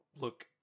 look